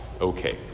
Okay